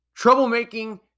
Troublemaking